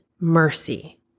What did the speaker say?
mercy